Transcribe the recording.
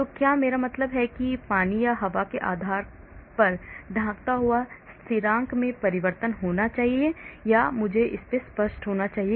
तो क्या मेरा मतलब है कि पानी या हवा के आधार पर ढांकता हुआ स्थिरांक में परिवर्तन होना चाहिए या मुझे स्पष्ट होना चाहिए